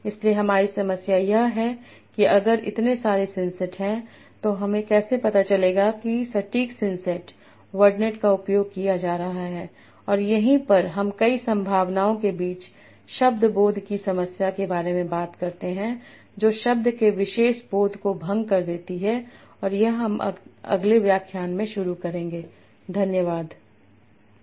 इसलिए हमारी समस्या यह है कि अगर इतने सारे सिंसेट हैं तो हमें कैसे पता चलेगा कि सटीक सिंटसेट वर्डनेट का उपयोग किया जा रहा है और यहीं पर हम कई संभावनाओं के बीच शब्द बोध की समस्या के बारे में बात करते हैं जो शब्द के विशेष बोध को भंग कर देती है और यह हम अगले व्याख्यान में शुरू करेंगे